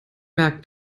merkt